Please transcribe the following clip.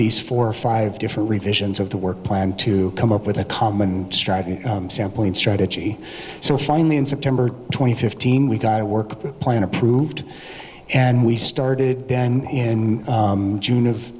least four or five different revisions of the work plan to come up with a common strategy sampling strategy so finally in september twenty fifteen we got a work plan approved and we started then in june of